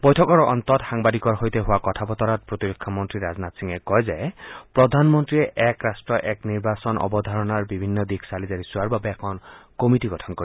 বৈঠকৰ অন্তত সাংবাদিকৰ সৈতে হোৱা কথা বতৰাত প্ৰতিৰক্ষা মন্ত্ৰী ৰাজনাথ সিঙে কয় যে প্ৰধানমন্ত্ৰীয়ে এক ৰষ্ট এক নিৰ্বাচন অৱধাৰণাৰ বিভিন্ন দিশ চালিজাৰি চোৱাৰ বাবে এখন কমিটী গঠন কৰিব